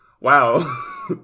wow